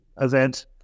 event